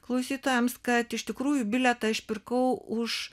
klausytojams kad iš tikrųjų bilietą aš pirkau už